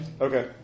Okay